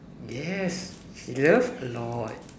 yes she love a lot